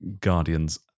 Guardian's